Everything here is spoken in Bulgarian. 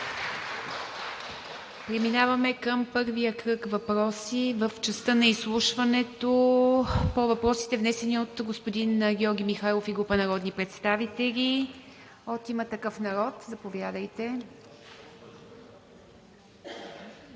Преминаваме към първия кръг въпроси в частта на изслушването по въпросите, внесени от господин Георги Михайлов и група народни представители. От „Има такъв народ“? Заповядайте.